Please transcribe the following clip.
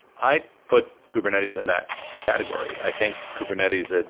i put kubernetes in that category. i think kubernetes, ah